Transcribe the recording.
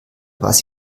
was